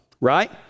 right